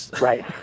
right